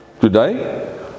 Today